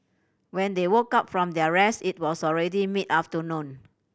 when they woke up from their rest it was already mid afternoon